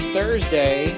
Thursday